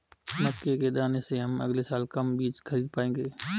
मक्के के दाने से हम अगले साल कम बीज खरीद पाएंगे